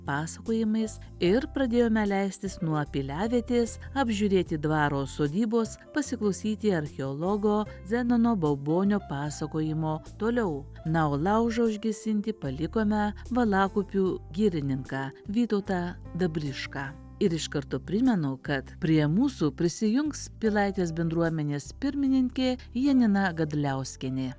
pasakojimais ir pradėjome leistis nuo piliavietės apžiūrėti dvaro sodybos pasiklausyti archeologo zenono baubonio pasakojimo toliau na o laužo užgesinti palikome valakupių girininką vytautą dabrišką ir iš karto primenu kad prie mūsų prisijungs pilaitės bendruomenės pirmininkė janina gadliauskienė